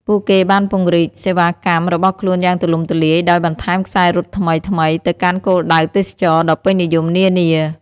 ពួកគេបានពង្រីកសេវាកម្មរបស់ខ្លួនយ៉ាងទូលំទូលាយដោយបន្ថែមខ្សែរត់ថ្មីៗទៅកាន់គោលដៅទេសចរណ៍ដ៏ពេញនិយមនានា។